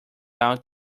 out